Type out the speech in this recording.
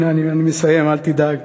הנה, אני מסיים, אל תדאג.